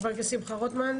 חבר הכנסת שמחה רוטמן.